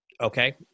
Okay